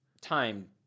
time